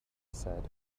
said